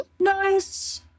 Nice